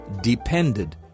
depended